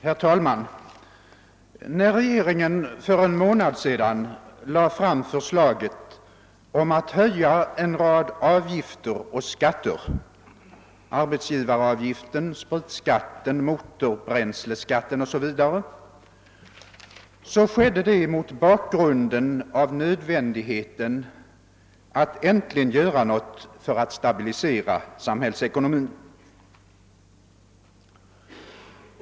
Herr talman! När regeringen för en månad sedan lade fram förslaget om att höja en rad avgifter och skatter — arbetsgivaravgiften, spritskatten, motorbränsleskatten osv. — skedde det mot bakgrunden av nödvändigheten att äntligen göra något för att stabilisera samhällsekonomin.